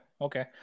okay